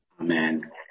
Amen